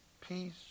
peace